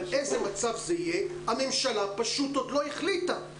אבל איזה מצב זה יהיה, הממשלה פשוט עוד לא החליטה.